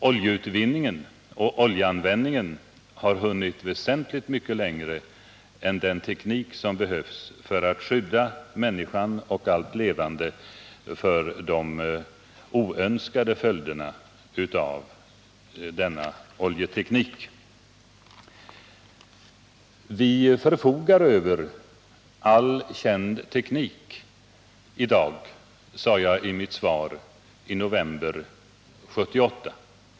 Oljeutvinning och oljeanvändning har hunnit väsentligt mycket längre än den teknik som behövs för att skydda människan och allt levande för de oönskade följderna av denna oljeteknik. Vi förfogar över all känd teknik i dag, sade jag i mitt svar i november 1978.